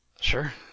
Sure